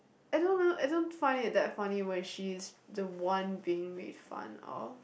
I don't know I don't find it that funny when she is the one being made fun of